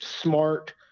smart